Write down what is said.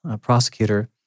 prosecutor